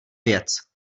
věc